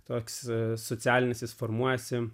toks socialinis formuojasi